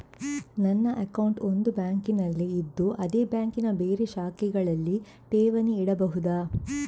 ನನ್ನ ಅಕೌಂಟ್ ಒಂದು ಬ್ಯಾಂಕಿನಲ್ಲಿ ಇದ್ದು ಅದೇ ಬ್ಯಾಂಕಿನ ಬೇರೆ ಶಾಖೆಗಳಲ್ಲಿ ಠೇವಣಿ ಇಡಬಹುದಾ?